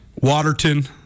Waterton